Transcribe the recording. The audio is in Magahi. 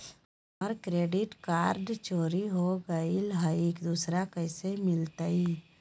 हमर क्रेडिट कार्ड चोरी हो गेलय हई, दुसर कैसे मिलतई?